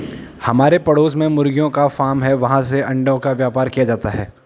हमारे पड़ोस में मुर्गियों का फार्म है, वहाँ से अंडों का व्यापार किया जाता है